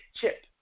chip